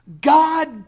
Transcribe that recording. God